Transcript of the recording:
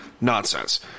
nonsense